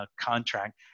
contract